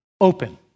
open